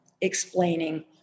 explaining